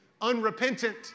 unrepentant